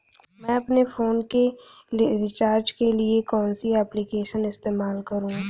मैं अपने फोन के रिचार्ज के लिए कौन सी एप्लिकेशन इस्तेमाल करूँ?